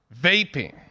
vaping